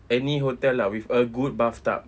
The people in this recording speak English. any hotel lah with a good bathtub